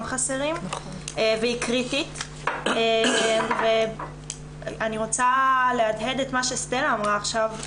חסרים והיא קריטית ואני רוצה להדהד את מה שסטלה אמרה עכשיו.